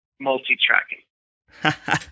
multi-tracking